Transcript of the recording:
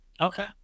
Okay